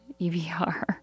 EVR